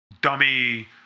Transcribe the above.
dummy